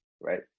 right